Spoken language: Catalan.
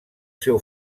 seu